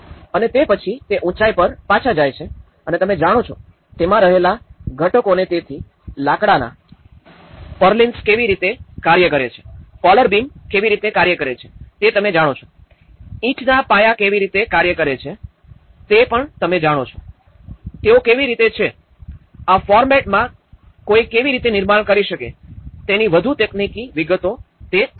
અને તે પછી તે ઉંચાઈ પર પાછા જાય છે અને તમે જાણો છો તેમાં રહેલા ઘટકોને તેથી લાકડાના પર્લિન્સ કેવી રીતે કાર્ય કરે છે કોલર બીમ કેવી રીતે કાર્ય કરે છે તે તમે જાણો છો ઈંટના પાયા કેવી રીતે કાર્ય કરે છે તે તમે જાણો છો તેઓ કેવી રીતે છે આ ફોર્મેટમાં કોઈ કેવી રીતે નિર્માણ કરી શકે તેની વધુ તકનીકી વિગતો તે આપે છે